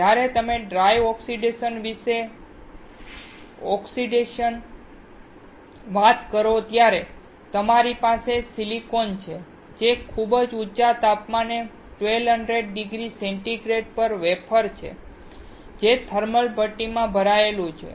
જ્યારે તમે dry oxidation વિશે વાત કરો છો ત્યારે તમારી પાસે સિલિકોન છે જે ખૂબ ઊંચા તાપમાને 1200 ડિગ્રી સેન્ટીગ્રેડ પર વેફર છે જે થર્મલ ભઠ્ઠી માં ભરેલું છે